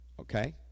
Okay